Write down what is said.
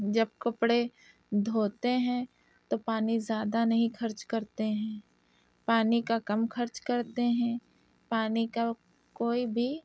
جب کپڑے دھوتے ہیں تو پانی زیادہ نہیں خرچ کرتے ہیں پانی کا کم خرچ کرتے ہیں پانی کا کوئی بھی